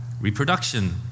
reproduction